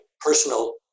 personal